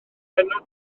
bennod